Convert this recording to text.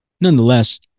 Nonetheless